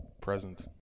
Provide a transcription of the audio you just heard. Present